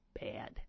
bad